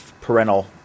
parental